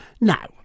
Now